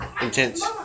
intense